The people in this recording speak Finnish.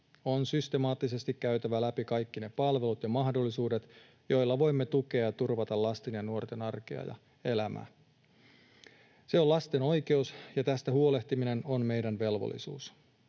On systemaattisesti käytävä läpi kaikki ne palvelut ja mahdollisuudet, joilla voimme tukea ja turvata lasten ja nuorten arkea ja elämää. Se on lasten oikeus, ja tästä huolehtiminen on meidän velvollisuus.